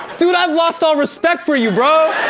dude i've lost all respect for you, bro.